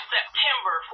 September